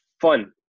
fun